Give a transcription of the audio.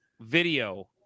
video